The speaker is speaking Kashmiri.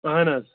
اہَن حظ